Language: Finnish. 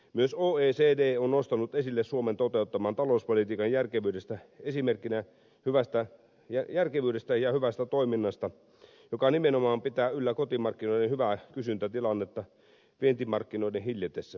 myös oecd on nostanut esille suomen toteuttaman talouspolitiikan esimerkkinä järkevyydestä ja hyvästä toiminnasta joka nimenomaan pitää yllä kotimarkkinoiden hyvää kysyntätilannetta vientimarkkinoiden hiljetessä